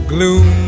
Gloom